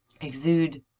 exude